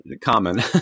common